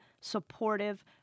supportive